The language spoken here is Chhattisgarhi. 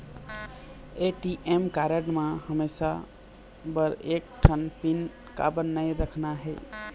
ए.टी.एम कारड म हमेशा बर एक ठन पिन काबर नई रखना हे?